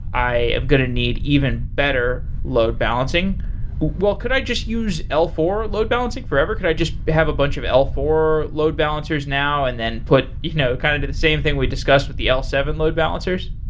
i am going to need even better load-balancing. could i just use l four load-balancing forever? could i just have a bunch of l four load balancers now and then put you know kind of do the same thing we discussed with the l seven load balancers?